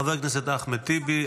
חבר הכנסת אחד טיבי.